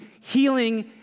healing